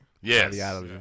Yes